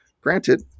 Granted